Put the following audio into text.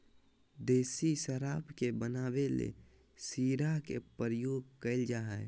देसी शराब के बनावे ले शीरा के प्रयोग कइल जा हइ